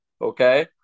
Okay